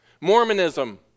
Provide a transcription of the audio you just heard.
Mormonism